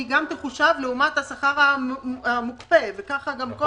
היא גם תחושב לעומת השכר המוקפא וככה גם כל